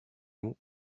mots